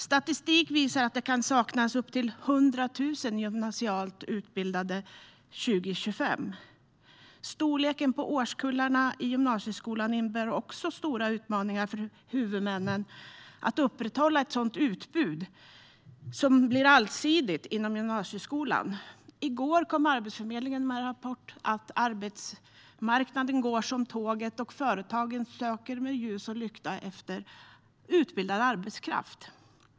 Statistik visar att det kan saknas upp till 100 000 gymnasialt yrkesutbildade 2025. Storleken på årskullarna i gymnasieskolan innebär också stora utmaningar för huvudmännen att upprätthålla ett allsidigt utbud inom gymnasieskolan. I går kom Arbetsförmedlingen med en rapport som säger att arbetsmarknaden går som tåget och att företagen söker med ljus och lykta efter utbildad arbetskraft.